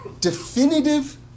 definitive